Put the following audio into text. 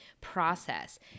process